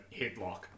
headlock